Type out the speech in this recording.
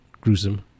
gruesome